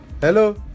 Hello